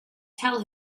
tell